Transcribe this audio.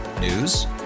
News